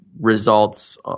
results